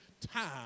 time